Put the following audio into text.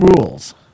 rules